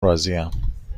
راضیم